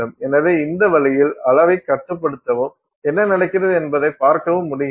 எனவே இந்த வழியில் அளவைக் கட்டுப்படுத்தவும் என்ன நடக்கிறது என்பதைப் பார்க்கவும் முடிகிறது